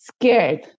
scared